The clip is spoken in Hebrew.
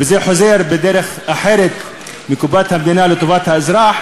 וזה חוזר בדרך אחרת מקופת המדינה לטובת האזרח,